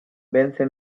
vence